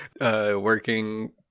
working